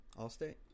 Allstate